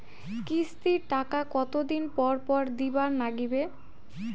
কিস্তির টাকা কতোদিন পর পর দিবার নাগিবে?